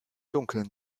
dunkeln